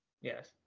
Yes